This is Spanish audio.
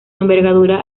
envergadura